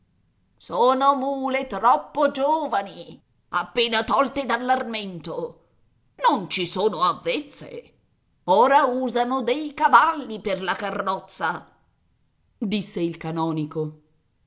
sono mule troppo giovani appena tolte dall'armento non ci sono avvezze ora usano dei cavalli per la carrozza disse il canonico